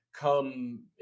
come